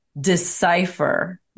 decipher